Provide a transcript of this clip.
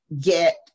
get